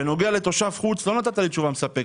בנוגע לתושב חוץ לא נתת לי תשובה מספקת,